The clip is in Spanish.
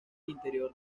interior